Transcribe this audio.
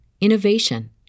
innovation